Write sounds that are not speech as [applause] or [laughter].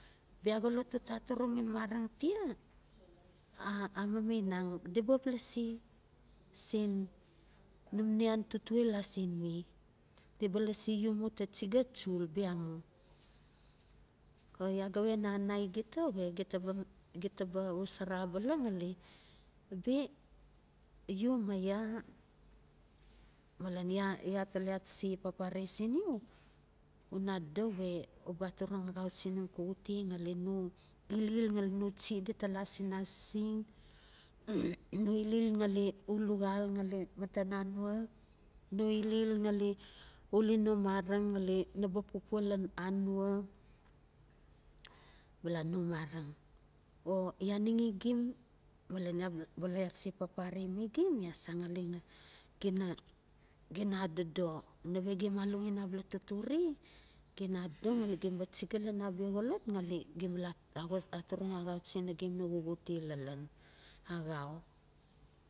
Bia xolot uta aturung mareng tia, a- a mameneng di ba xap lasi sen num nian tutuel a sen we. Di ba lasi mu uta chiga chul bia mu. O ya so we na anai gite we git bu gita ba xosana abala bi u ma ya malen ya ya tala ya ta se papare sin yu u na adodo we u ba aturug axau chi nom xuxute ngali num ilil ngali num ilil ngali no chi di ta la sin asising [noise] no ilil ngali uli no mareng ngali naba pupua lan anua bala no mareng. O ya ninixi gim malen bala ya ta se papare mi gim ya san ngali gi na, gina adodo nawe gim aloxen abala totore gina adodo ngali gim ba chiga lan abia xolot ngali gim ba la aturung axauchi nagim no xuxute lalan, axau